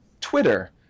Twitter